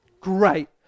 great